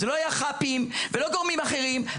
זה לא היה יח"פים ולא גורמים אחרים,